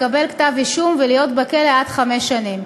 לקבל כתב-אישום ולהיות בכלא עד חמש שנים.